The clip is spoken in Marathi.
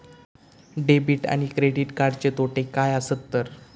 डेबिट आणि क्रेडिट कार्डचे तोटे काय आसत तर?